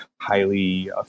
highly